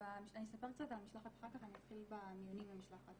אני אספר קצת על המשלחת אחר כך אני אתחיל בעניינים למשלחת.